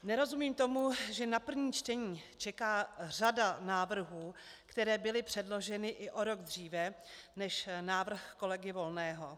Nerozumím tomu, že na první čtení čeká řada návrhů, které byly předloženy i o rok dříve než návrh kolegy Volného.